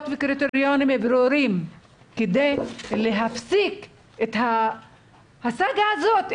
וקריטריונים ברורים כדי להפסיק את הסאגה הזאת,